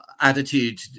Attitude